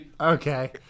Okay